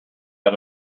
out